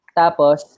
tapos